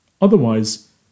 Otherwise